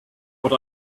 what